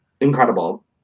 incredible